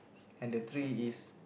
and the tree is